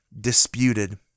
disputed